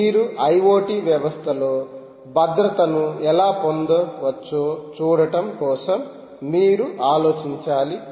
మీరు IoT వ్యవస్థల్లో భద్రతను ఎలా పొందవచ్చో చూడటం కోసం మీరు ఆలోచించాలి